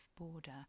border